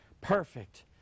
perfect